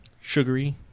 Sugary